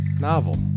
Novel